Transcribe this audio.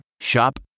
Shop